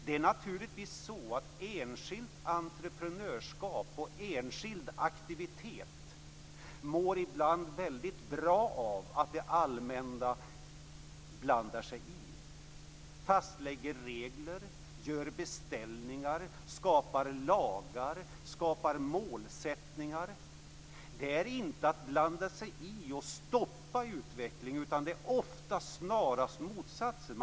Det är naturligtvis så att enskilt entreprenörskap och enskild aktivitet ibland mår väldigt bra av att det allmänna blandar sig i, fastlägger regler, gör beställningar, skapar lagar, målsättningar. Det är inte att blanda sig i och stoppa utvecklingen, utan ofta snarast motsatsen.